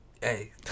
hey